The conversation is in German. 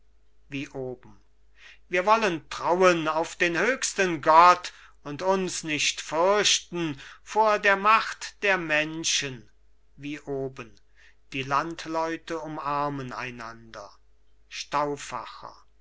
wie oben wir wollen trauen auf den höchsten gott und uns nicht fürchten vor der macht der menschen wie oben die landleute umarmen einander